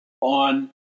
on